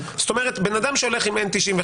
בן אדם שהולך עם N95,